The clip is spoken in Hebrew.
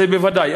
זה בוודאי,